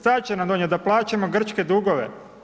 Šta će nam donijeti, da plaćamo grčke dugove?